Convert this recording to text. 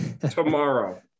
tomorrow